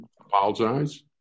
Apologize